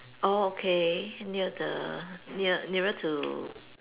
oh okay near the near nearer to